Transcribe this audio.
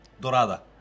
Dorada